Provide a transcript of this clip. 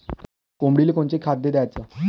कोंबडीले कोनच खाद्य द्याच?